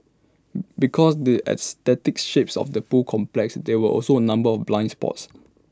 because the aesthetic shapes of the pool complex there were also A number of blind spots